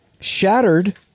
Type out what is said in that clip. Shattered